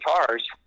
guitars